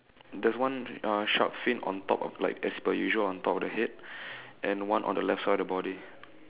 there's one uh shark fin on top of like as per usual on top of the head and one on the left side of the body